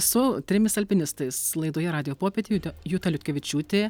su trimis alpinistais laidoje radijo popietė juta liutkevičiūtė